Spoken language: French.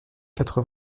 quatre